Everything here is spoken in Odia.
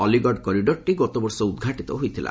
ଅଲ୍ଲୀଗଡ଼ କରିଡରଟି ଗତବର୍ଷ ଉଦ୍ଘାଟିତ ହୋଇଥିଲା